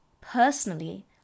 personally